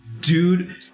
dude